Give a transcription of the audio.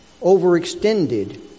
overextended